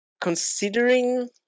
considering